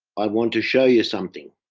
i want to show you something.